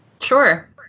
Sure